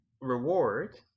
reward